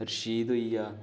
रशीद होई गेआ